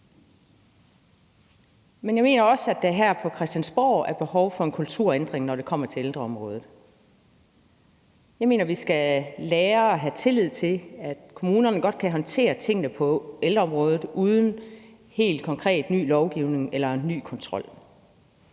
Men jeg mener også, at der her på Christiansborg er behov for en kulturændring, når det kommer til ældreområdet. Jeg mener, vi skal lære at have tillid til, at kommunerne godt kan håndtere tingene på ældreområdet uden helt konkret ny lovgivning eller ny kontrol.